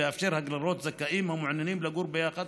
לאפשר הגרלות לזכאים המעוניינים לגור ביחד